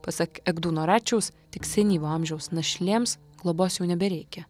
pasak egdūno račiaus tik senyvo amžiaus našlėms globos jau nebereikia